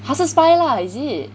他是 spy lah